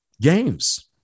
games